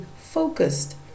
focused